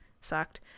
sucked